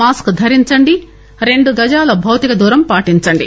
mask ధరించండి రెండు గజాల భౌతిక దూరం పాటించండి